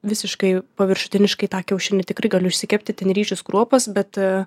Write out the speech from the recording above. visiškai paviršutiniškai tą kiaušinį tikrai galiu išsikepti ten ryžius kruopas bet